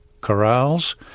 corrals